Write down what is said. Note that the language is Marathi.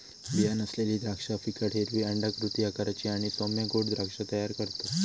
बीया नसलेली द्राक्षा फिकट हिरवी अंडाकृती आकाराची आणि सौम्य गोड द्राक्षा तयार करतत